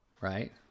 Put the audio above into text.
right